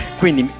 quindi